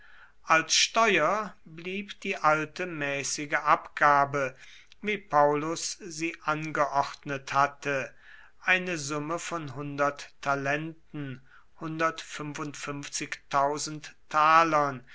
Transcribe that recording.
als steuer blieb die alte mäßige abgabe wie paullus sie angeordnet hatte eine summe von talenten